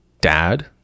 dad